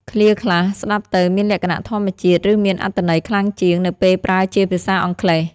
ឃ្លាខ្លះស្តាប់ទៅមានលក្ខណៈធម្មជាតិ ឬមានអត្ថន័យខ្លាំងជាង នៅពេលប្រើជាភាសាអង់គ្លេស។